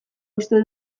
uste